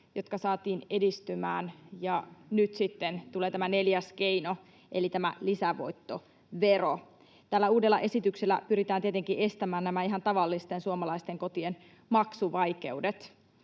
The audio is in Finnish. jotka saatiin edistymään, ja nyt sitten tulee tämä neljäs keino eli tämä lisävoittovero. Tällä uudella esityksellä pyritään tietenkin estämään nämä ihan tavallisten suomalaisten kotien maksuvaikeudet.